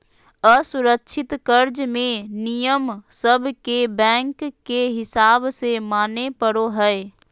असुरक्षित कर्ज मे नियम सब के बैंक के हिसाब से माने पड़ो हय